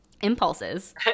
impulses